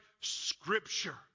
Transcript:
Scripture